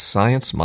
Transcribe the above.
Science